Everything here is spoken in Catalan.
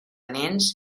nens